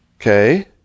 Okay